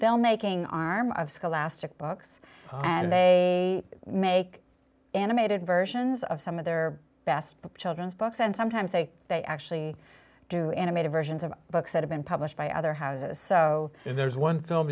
filmmaking arm of scholastic books and they make animated versions of some of their best children's books and sometimes they they actually do animated versions of books that have been published by other houses so if there's one fi